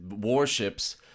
warships